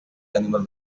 animal